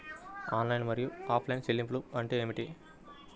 Online మరియు offline చెల్లింపులు అంటే ఏమిటి?